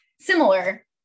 similar